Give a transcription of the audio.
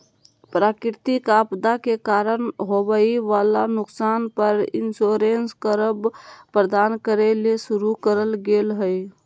प्राकृतिक आपदा के कारण होवई वला नुकसान पर इंश्योरेंस कवर प्रदान करे ले शुरू करल गेल हई